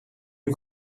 you